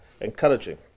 encouraging